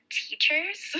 teachers